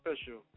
special